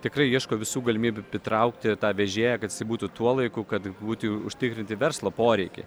tikrai ieško visų galimybių pritraukti tą vežėją kad jisai būtų tuo laiku kad būtų užtikrinti verslo poreikiai